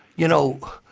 you know,